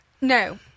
No